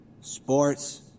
Sports